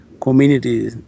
community